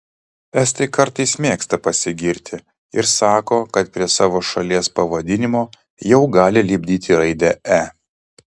estai kartais mėgsta pasigirti ir sako kad prie savo šalies pavadinimo jau gali lipdyti raidę e